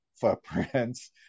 footprints